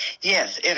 Yes